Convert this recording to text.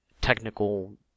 technical